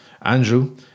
Andrew